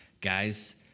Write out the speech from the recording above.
Guys